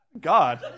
God